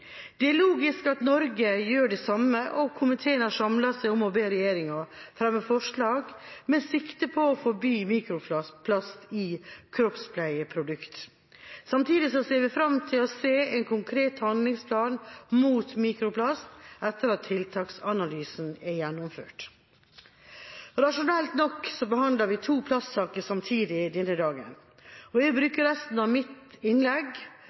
Det er logisk at Norge gjør det samme, og komiteen har samlet seg om å be regjeringa fremme forslag med sikte på å forby mikroplast i kroppspleieprodukter. Samtidig ser vi fram til å se en konkret handlingsplan mot mikroplast etter at tiltaksanalysen er gjennomført. Rasjonelt nok behandler vi to plastsaker samtidig i dag, og jeg vil bruke resten av mitt innlegg